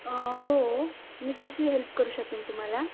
हो मी कशी हेल्प करू शकेन तुम्हाला